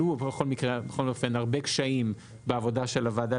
עלו בכל מקרה הרבה קשיים בעבודתה של הוועדה